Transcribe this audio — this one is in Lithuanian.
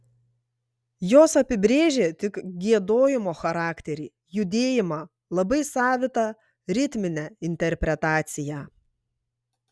jos apibrėžė tik giedojimo charakterį judėjimą labai savitą ritminę interpretaciją